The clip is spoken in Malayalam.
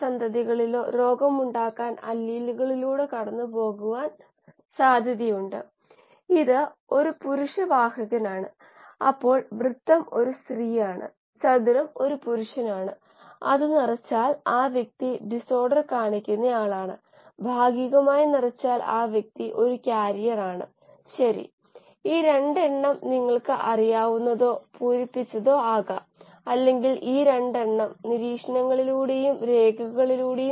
പിന്നെ നമ്മൾ ജാലകത്തിലൂടെ അകത്തേക്ക് നോക്കുന്നു ചിലപ്പോൾ മറ്റ് ദിശകളിൽ നിന്നും ചിലപ്പോൾ നമ്മൾ ചില വാതിലുകൾ തുറന്ന് അകത്തേക്ക് നോക്കും